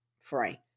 free